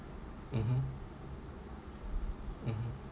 mmhmm mmhmm